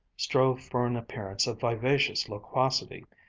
strove for an appearance of vivacious loquacity,